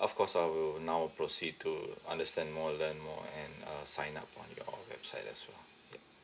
of course I will now proceed to understand more learn more and uh sign up on your website as well yup